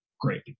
great